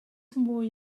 mwy